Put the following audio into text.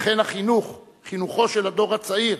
וכן החינוך, חינוכו של הדור הצעיר,